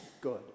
good